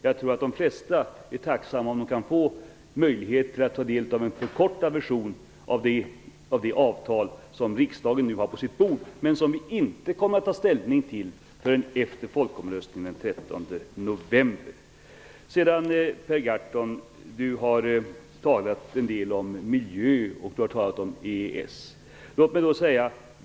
Jag tror att de flesta är tacksamma om de kan få möjlighet att ta del av en förkortad version av det avtal som riksdagen nu har på sitt bord, men som vi inte kommer att ta ställning till förrän efter folkomröstningen den 13 november. Per Gahrton har talat en del om miljö och EES.